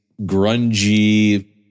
grungy